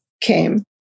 came